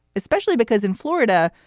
especially because in florida,